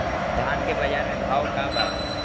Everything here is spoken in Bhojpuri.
धान के बजार में भाव का बा